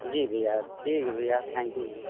जी भैया ठीक है भैया थैंक यू